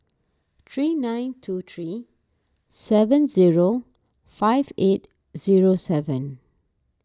three nine two three seven zero five eight zero seven